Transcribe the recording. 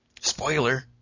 spoiler